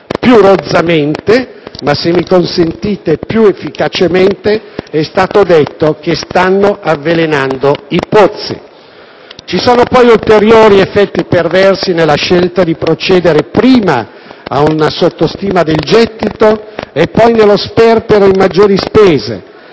Più rozzamente - ma, se mi consentite, più efficacemente - è stato detto che si stanno avvelenando i pozzi. Vi sono, inoltre, ulteriori effetti perversi nella scelta di procedere, prima, ad una sottostima del gettito e, poi, allo sperpero in maggiori spese.